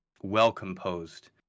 well-composed